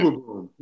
boom